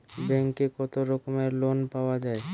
ব্যাঙ্কে কত রকমের লোন পাওয়া য়ায়?